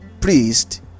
priest